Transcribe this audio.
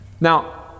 Now